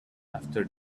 after